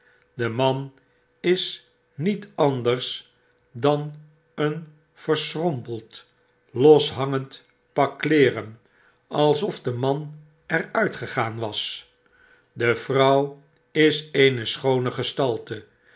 de man is niet anders dan een verschrompeld loshangend pak kleeren alsof de man er uitgegaan was de vrouw is eene schoone gestalte